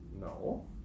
No